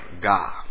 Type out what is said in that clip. God